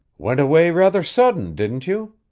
went away rather sudden, didn't you?